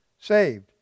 Saved